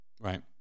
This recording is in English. Right